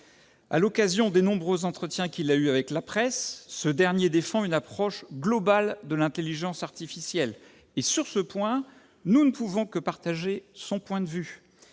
À l'occasion de ses nombreux entretiens avec la presse, M. Cédric Villani défend une approche globale de l'intelligence artificielle et, sur ce sujet, nous ne pouvons que partager son point de vue.